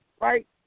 right